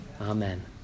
Amen